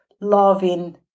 loving